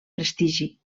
prestigi